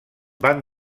van